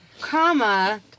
Comma